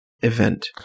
event